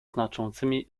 znaczącymi